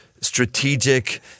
strategic